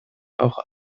auch